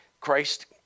Christ